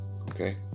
Okay